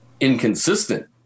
inconsistent